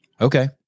Okay